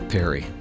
Perry